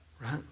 right